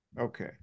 okay